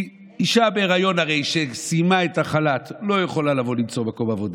כי הרי אישה בהיריון שסיימה את החל"ת לא יכולה לבוא למצוא עבודה.